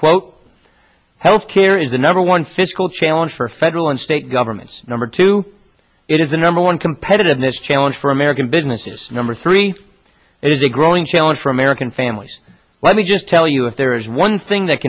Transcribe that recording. quote health care is the number one fiscal challenge for federal and state governments number two it is the number one competitiveness challenge for american businesses number three it is a growing challenge for american families let me just tell you if there is one thing that